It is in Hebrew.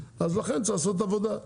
לכן צריך לעשות עבודה.